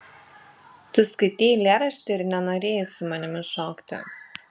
tu skaitei eilėraštį ir nenorėjai su manimi šokti